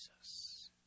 Jesus